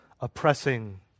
oppressing